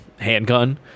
handgun